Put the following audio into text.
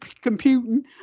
computing